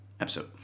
episode